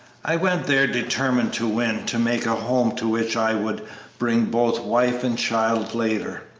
i went there determined to win, to make a home to which i would bring both wife and child later.